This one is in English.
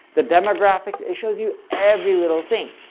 the demographics. it shows you every little thing.